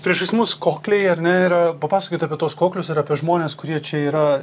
priešais mus kokliai ar ne ir papasakokit apie tuos koklius ir apie žmones kurie čia yra